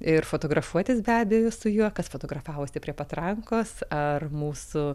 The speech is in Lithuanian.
ir fotografuotis be abejo su juo kas fotografavosi prie patrankos ar mūsų